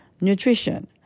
Nutrition